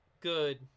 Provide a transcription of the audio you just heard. Good